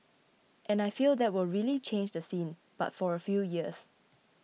and I feel that will really change the scene but for a few years